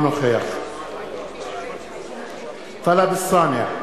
אינו נוכח טלב אלסאנע,